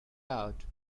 out